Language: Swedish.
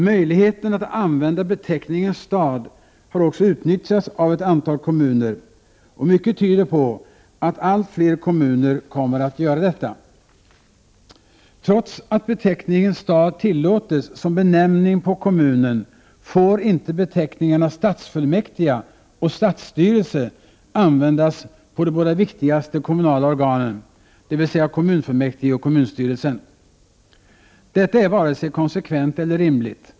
Möjligheten att använda beteckningen stad har också utnyttjats av ett antal kommuner, och mycket tyder på att allt fler kommuner kommer att göra detta. Trots att beteckningen stad tillåts som benämning på kommunen får inte beteckningarna stadsfullmäktige och stadsstyrelse användas på de båda viktigaste kommunala organen, dvs. kommunfullmäktige och kommunstyrelsen. Detta är varken konsekvent eller rimligt.